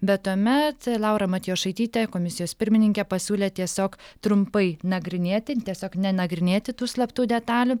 bet tuomet laura matjošaitytė komisijos pirmininke pasiūlė tiesiog trumpai nagrinėti tiesiog nenagrinėti tų slaptų detalių